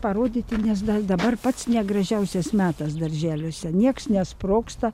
parodyti nes dar dabar pats negražiausias metas darželiuose nieks nesprogsta